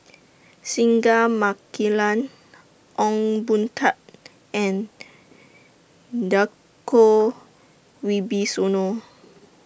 Singai Mukilan Ong Boon Tat and Djoko Wibisono